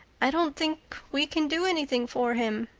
i don't think we can do anything for him.